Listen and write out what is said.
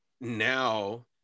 now